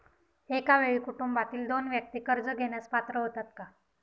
एका वेळी कुटुंबातील दोन व्यक्ती कर्ज घेण्यास पात्र होतात का?